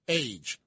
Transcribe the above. age